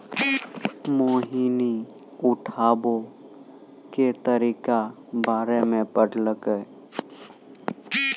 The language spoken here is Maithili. मोहिनी उठाबै के तरीका बारे मे पढ़लकै